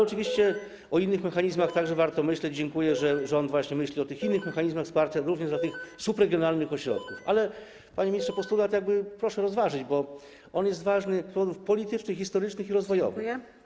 Oczywiście o innych mechanizmach także warto myśleć, dziękuję, że rząd właśnie myśli o tych innych mechanizmach wsparcia, również dla subregionalnych ośrodków, ale, panie ministrze, postulat proszę rozważyć, bo on jest ważny z powodów politycznych, historycznych i rozwojowych.